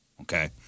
Okay